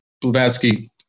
Blavatsky